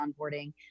onboarding